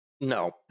No